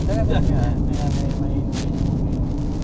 dah jangan main-main lah ini amir main